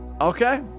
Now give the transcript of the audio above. Okay